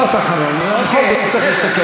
אתם יודעים יפה מאוד שגם בתוככם יש ויכוח מאוד קשה.